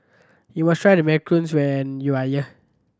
you must try the macarons when you are here